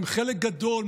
הם חלק גדול,